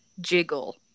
jiggle